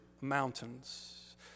Mountains